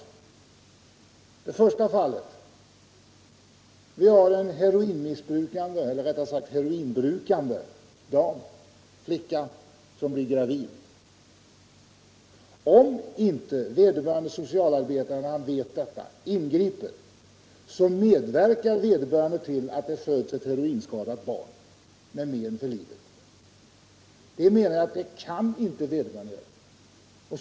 I det första fallet har vi en heroinbrukande dam, eller flicka, som blir gravid. Om inte vederbörande socialarbetare ingriper när han vet detta medverkar han till att det föds ett heroinskadat barn med men för livet. Det kan, menar jag, inte vederbörande göra.